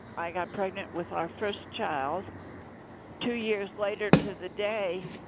i got pregnant with our first child two years later to the day